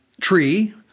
tree